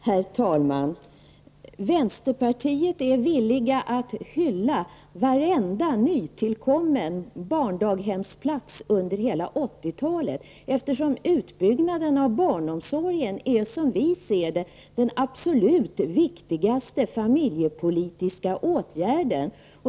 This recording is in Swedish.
Herr talman! Vi är inom vänsterpartiet villiga att hylla varenda under 80-talet nytillkommen barndaghemsplats, eftersom utbyggnaden av barnomsorgen som vi ser det är den absolut viktigaste familjepolitiska åtgärden.